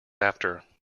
after